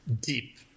deep